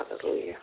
Hallelujah